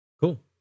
Cool